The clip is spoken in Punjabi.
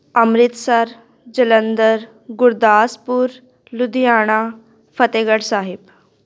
ਅੰਮ੍ਰਿਤਸਰ ਜਲੰਧਰ ਗੁਰਦਾਸਪੁਰ ਲੁਧਿਆਣਾ ਫਤਿਹਗੜ੍ਹ ਸਾਹਿਬ